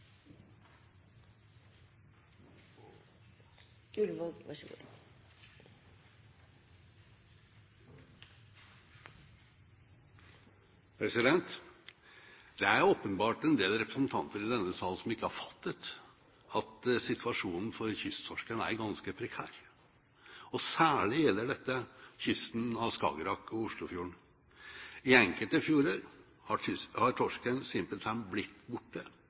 kunne få så gode rammevilkår som mulig, samtidig som vi har en fornuftig høsting av denne rike, store og mangfoldige ressursen. Det er åpenbart en del representanter i denne sal som ikke har fattet at situasjonen for kysttorsken er ganske prekær. Særlig gjelder dette kysten av Skagerrak og Oslofjorden. I enkelte fjorder har